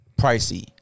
pricey